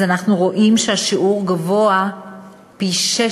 אז אנחנו רואים שהשיעור גבוה פי-6.6,